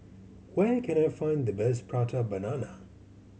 where can I find the best Prata Banana